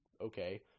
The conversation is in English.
okay